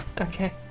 Okay